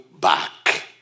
back